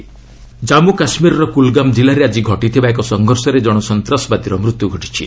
JK gunfight Jammu କାଶ୍ମୀରର କୁଲ୍ଗାମ୍ କିଲ୍ଲାରେ ଆଜି ଘଟିଥିବା ଏକ ସଂଘର୍ଷରେ ଜଣେ ସନ୍ତାସବାଦୀର ମୃତ୍ୟୁ ଘଟିଛି